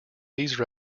these